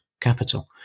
capital